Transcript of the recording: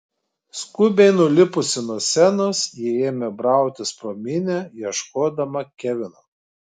skubiai nulipusi nuo scenos ji ėmė brautis pro minią ieškodama kevino